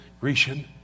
Grecian